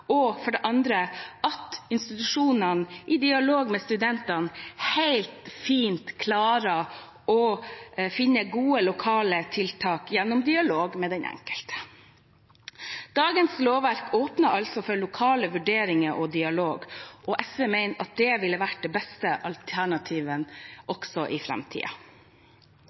og for det andre at institusjonene i dialog med studentene helt fint klarer å finne gode lokale tiltak gjennom dialog med den enkelte. Dagens lovverk åpner altså for lokale vurderinger og dialog, og SV mener at det ville vært det beste alternativet også i